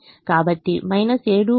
కాబట్టి 7 5 5 2